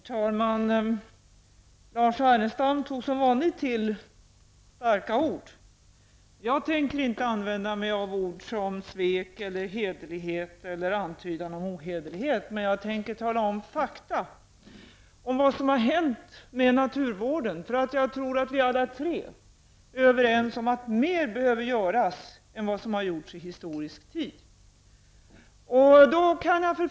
Herr talman! Lars Ernestam tog som vanligt till starka ord. Jag tänker inte använda ord som svek, eller göra en antydan om ohederlighet. Men jag tänker tala om fakta om vad som har hänt med naturvården, för jag tror att vi alla tre är överens om att mer behöver göras än vad som har gjorts i historisk tid.